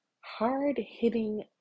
hard-hitting